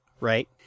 right